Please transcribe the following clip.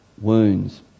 wounds